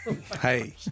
Hey